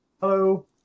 Hello